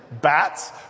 Bats